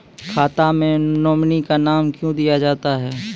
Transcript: खाता मे नोमिनी का नाम क्यो दिया जाता हैं?